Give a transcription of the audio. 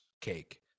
cake